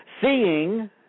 Seeing